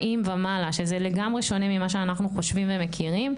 ומעלה שזה לגמרי שונה ממה שאנחנו חושבים ומכירים.